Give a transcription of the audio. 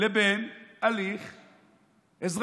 לבין הליך אזרחי.